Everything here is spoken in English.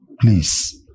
please